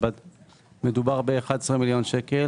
מדובר ב-11 מיליון שקל,